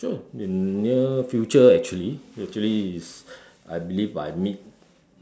sure in the near future actually actually is I believe by mid